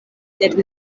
sed